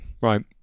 right